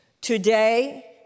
Today